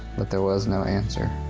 but there was no answer.